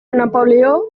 napoleó